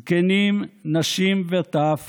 זקנים, נשים וטף